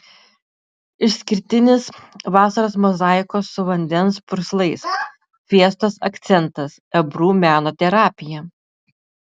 išskirtinis vasaros mozaikos su vandens purslais fiestos akcentas ebru meno terapija